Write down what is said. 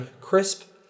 crisp